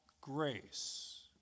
grace